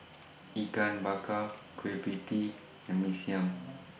Ikan Bakar Kueh PIE Tee and Mee Siam